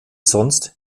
sonst